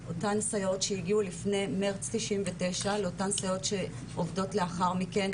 אותן סייעות שהגיעו לפני מרץ 99' לאותן סייעות שעובדות לאחר מכן,